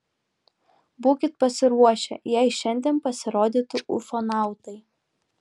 būkit pasiruošę jei šiandien pasirodytų ufonautai